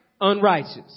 Unrighteous